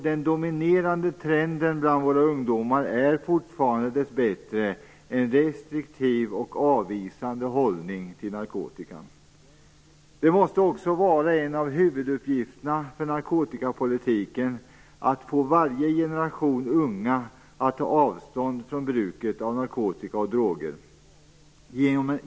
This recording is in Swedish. Den dominerande trenden bland våra ungdomar är fortfarande, dess bättre, en restriktiv och avvisande hållning till narkotikan. Det måste också vara en av huvuduppgifterna för narkotikapolitiken att få varje generation unga att ta avstånd från bruket av narkotika och andra droger.